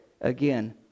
again